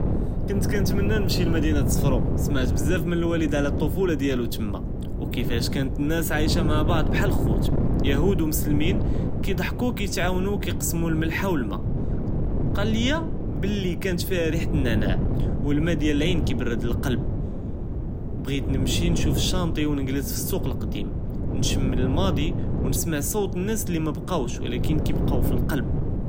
כנת כנתמנא נמשי למדינה צפראו סמעת בזאף מן לואלד עלא לטפולה דיאלו תמא ו כיפאש כאנת לנאס עאישה מעא בעד בהאל ח׳ות, יהוד ו מסלמין כיצחכו ו כיתעאונו ו כיכּסמו למלחה ו למא, קל ליא בְּלי כאנת פיהא רִיחָה לנענאע ו למא דיאל לעין כִיבְּרד לכּלבְּ בְּעְגִיבְּת נמשי נשׁוּף לשָׁאנְתִי ו נגלס פי לסוק לקדִים נְשׁם למאדי ו נִסְמע צוּת לנאס לי מבְּקאושׁ ו ולכִּין כִיבְּקאו פי לכּלבּ‌.